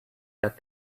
that